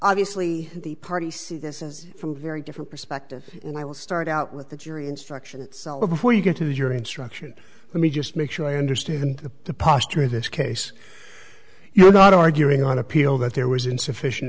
obviously the party see this is from a very different perspective and i will start out with the jury instructions before you get to your instruction let me just make sure i understand the posture of this case you're not arguing on appeal that there was insufficient